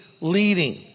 leading